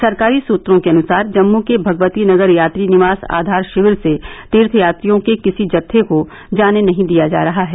सरकारी सूत्रों के अनुसार जम्मू के भगवती नगर यात्री निवास आधार शिविर से तीर्थयात्रियों के किसी जत्थे को जाने नहीं दिया जा रहा है